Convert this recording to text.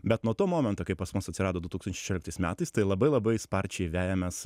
bet nuo to momento kai pas mus atsirado du tūkstančiai šešioliktais metais tai labai labai sparčiai vejamės